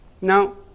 Now